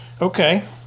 Okay